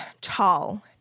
tall